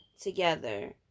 together